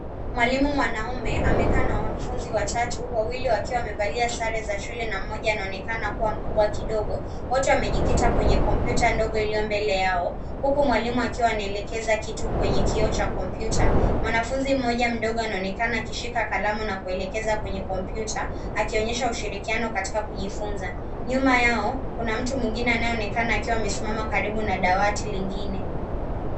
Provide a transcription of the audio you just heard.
Malimu manaume amekaana wanafunzi watatu, wawili wakiwa mevalia sare za shule na mmoja na onekana kuwa mkubwa kidogo. wote wamejikita kwenye kompyuta ndogo iliombele yao. Kuku malimu akiwa anelekeza kitu kwenye kioo cha kompyuta. Manafunzi mmoja mdogo anaonekana akishika kalamu na kuwelekeza kwenye kompyuta, akionisha ushirikiano katika kujifunza. Nyuma yao, kuna mtu mungina na onekana akiwa amesimama karibu na dawati lingine.